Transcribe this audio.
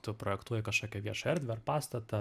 tu projektuoji kažkokią viešą erdvę ar pastatą